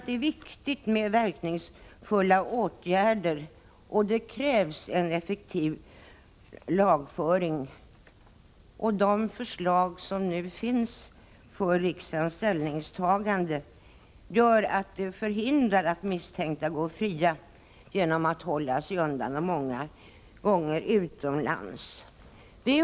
Det är viktigt med verkningsfulla åtgärder. Det krävs en effektiv lagföring. De förslag som nu framläggs för riksdagens ställningstagande förhindrar att misstänkta går fria genom att hålla sig undan, många gånger utomlands.